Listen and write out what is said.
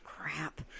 Crap